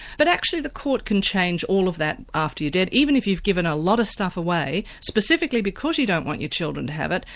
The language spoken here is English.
but actually the court can change all of that after you're dead, even if you've given a lot of stuff away, specifically because you don't want your children to have it,